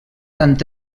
tant